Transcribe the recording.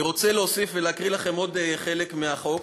אני רוצה להוסיף ולהקריא לכם עוד חלק מהחוק,